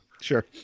Sure